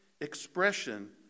expression